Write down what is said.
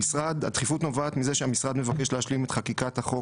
הדחיפות נובעת מכך שהמשרד מבקש להשלים את חקיקת החוק